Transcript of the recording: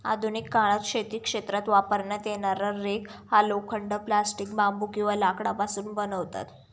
आधुनिक काळात शेती क्षेत्रात वापरण्यात येणारा रेक हा लोखंड, प्लास्टिक, बांबू किंवा लाकडापासून बनवतात